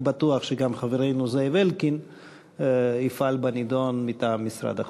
אני בטוח שגם חברנו זאב אלקין יפעל בנדון מטעם משרד החוץ.